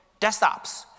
desktops